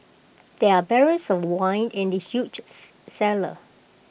there are barrels of wine in the huge cellar